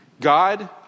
God